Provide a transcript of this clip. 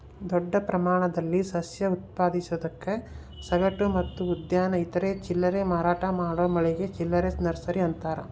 ದೊಡ್ಡ ಪ್ರಮಾಣದಲ್ಲಿ ಸಸ್ಯ ಉತ್ಪಾದಿಸೋದಕ್ಕೆ ಸಗಟು ಮತ್ತು ಉದ್ಯಾನ ಇತರೆ ಚಿಲ್ಲರೆ ಮಾರಾಟ ಮಾಡೋ ಮಳಿಗೆ ಚಿಲ್ಲರೆ ನರ್ಸರಿ ಅಂತಾರ